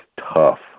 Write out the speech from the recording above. tough